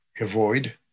avoid